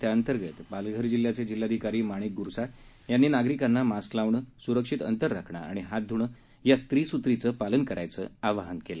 त्याअंतर्गत पालघर जिल्ह्याचे जिल्हाधिकारी माणिक गुरसाळ यांनी नागरिकांना मास्क लावणं सुरक्षित अंतर राखण आणि हात धुणं या त्रिसूत्रीचं पालन करण्याचं आवाहन केलं